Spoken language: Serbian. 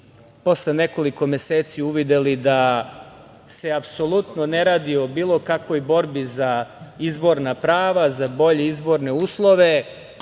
posle nekoliko meseci uvideli da se apsolutno ne radi o bilo kakvoj borbi za izborna prava, za bolji izborne uslove,